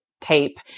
tape